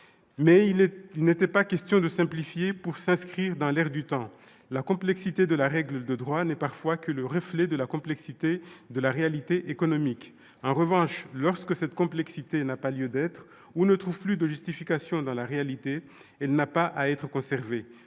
Il n'était pas question de simplifier pour s'inscrire dans l'air du temps. La complexité de la règle de droit n'est parfois que le reflet de la complexité de la réalité économique. En revanche, lorsque cette complexité n'a pas lieu d'être ou n'a plus de justification dans la réalité, elle n'a pas à être conservée.